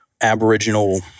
aboriginal